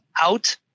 out